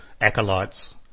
acolytes